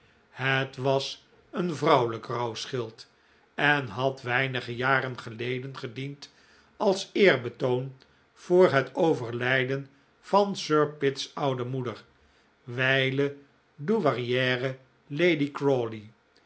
het was een vrouwelijk rouwschild en had weinige jaren geleden gediend als eerbetoon voor het overlijden van sir pitt's oude moeder wijlen douairiere lady